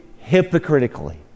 hypocritically